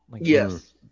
Yes